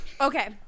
Okay